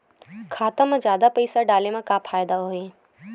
खाता मा जादा पईसा डाले मा का फ़ायदा होही?